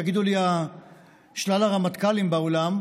יגידו לי שלל הרמטכ"לים באולם,